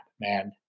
man